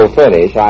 finish